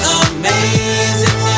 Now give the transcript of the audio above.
amazing